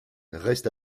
reste